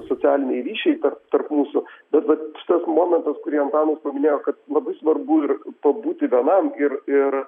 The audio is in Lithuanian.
socialiniai ryšiai tarp tarp mūsų vat vat šitas momentas kurį antanas paminėjo kad labai svarbu ir pabūti vienam ir ir